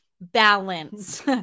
balance